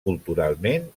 culturalment